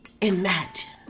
imagine